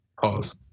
Pause